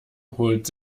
holt